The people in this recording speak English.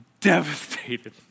devastated